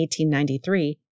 1893